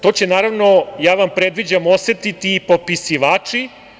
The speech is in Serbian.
To će, naravno, ja vam predviđam, osetiti i popisivači.